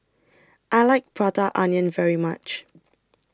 I like Prata Onion very much